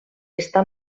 està